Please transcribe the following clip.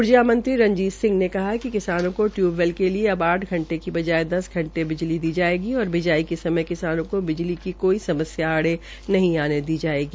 ऊर्जा मंत्री रंजीत सिंह ने कहा कि किसानों को टूयूबवेल के लिए आठ घंटे की बजाय दस घंटे बिजली दी जायेगी और बिजाई के समय किसानों को बिजली की कोई समस्यस आड़े नहीं आने दी जायेगी